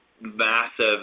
massive